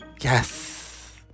Yes